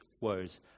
woes